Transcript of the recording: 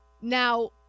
Now